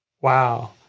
Wow